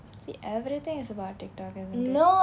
see everything is about Tik Tok or something